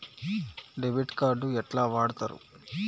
Debit card ఎట్లా వాడుతరు?